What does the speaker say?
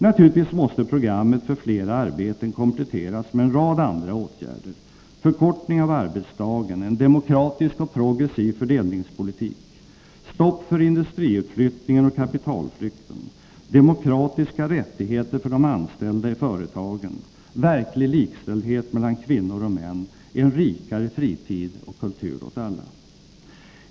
Naturligtvis måste programmet för flera arbeten kompletteras med en rad andra åtgärder — förkortning av arbetsdagen, en demokratisk och progressiv fördelningspolitik, stopp för industriutflyttningen och kapitalflykten, demokratiska rättigheter för de anställda i företagen, verklig likställdhet mellan kvinnor och män, en rikare fritid och kultur åt alla.